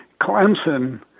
Clemson